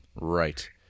Right